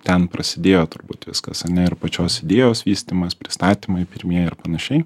ten prasidėjo turbūt viskas ane ir pačios idėjos vystymas pristatymai pirmieji ir panašiai